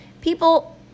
People